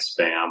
spam